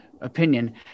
opinion